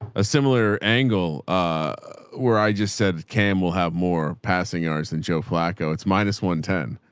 a similar angle where i just said, cam, we'll have more passing and rs and joe flacco it's minus one ten.